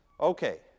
Okay